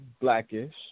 Blackish